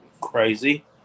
crazy